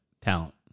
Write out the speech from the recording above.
talent